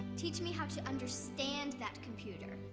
teach me how to understand that computer.